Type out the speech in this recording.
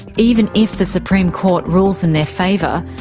even if the supreme court rules in their favour,